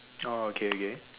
oh okay okay